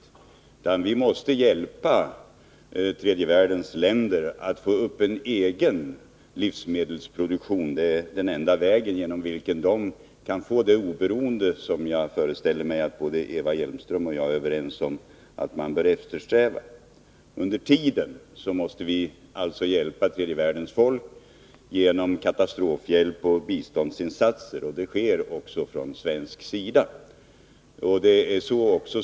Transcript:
Vi måste i stället hjälpa tredje världens länder att få upp en egen livsmedelsproduktion. Det är den enda väg genom vilken de kan få det oberoende som jag föreställer mig att Eva Hjelmström och jag är överens om att man bör eftersträva. Under tiden måste vi hjälpa tredje världens folk genom katastrofhjälp och biståndsinsatser. Och det sker också från svensk sida.